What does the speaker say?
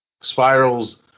spirals